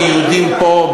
כיהודים פה,